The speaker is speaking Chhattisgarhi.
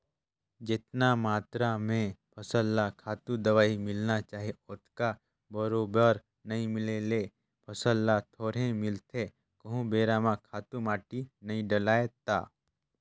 जेतना मातरा में फसल ल खातू, दवई मिलना चाही ओतका बरोबर नइ मिले ले फसल ल थोरहें मिलथे कहूं बेरा म खातू माटी नइ डलय ता